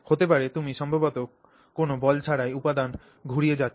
হতে পারে তুমি সম্ভবত কোনও বল ছাড়াই উপাদান ঘুরিয়ে যাচ্ছ